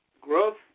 growth